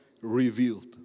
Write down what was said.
revealed